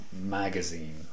magazine